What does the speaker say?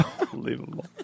Unbelievable